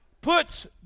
puts